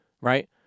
right